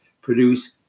produce